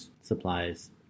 supplies